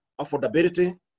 affordability